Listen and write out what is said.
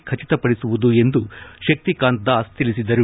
ಖಚಿತಪಡಿಸುವುದು ಎಂದು ಶಕ್ತಿಕಾಂತ್ದಾಸ್ ತಿಳಿಸಿದರು